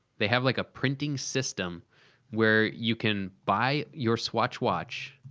they have like a printing system where you can buy your swatch watch.